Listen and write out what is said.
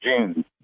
June